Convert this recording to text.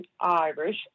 Irish